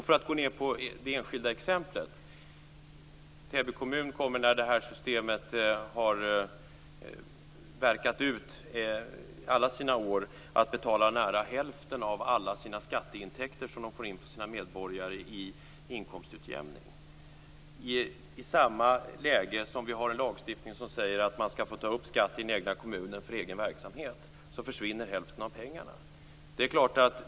För att gå ned till det enskilda exemplet kan jag nämna att Täby kommun när det här systemet har verkat ut alla sina år kommer att betala nära hälften av alla de skatteintäkter som de får in från sina medborgare i inkomstutjämning. I samma läge som vi har en lagstiftning som säger att man skall få ta upp skatt i den egna kommunen för egen verksamhet försvinner hälften av pengarna.